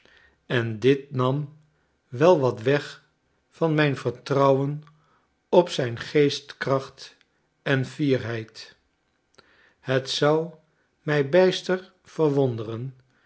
en dit nam wel wat weg van mijn vertrouwen op zijne geestkracht en fierheid het zou mij bijster verwonderen